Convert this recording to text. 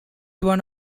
one